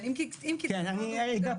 אם כי כבר דיברנו עליהן.